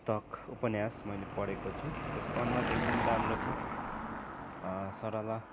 पुस्तक उपन्यास मैले पढेको छु त्यसको अनुवाद एकदम राम्रो छ सरल